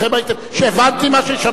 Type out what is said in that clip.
שמעתי.